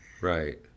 right